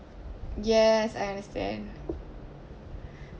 yes I understand